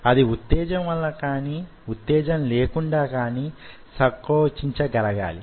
అది వుత్తేజం వలన కాని వుత్తేజం లేకుండా కాని సంకొచించగలగాలి